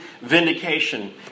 vindication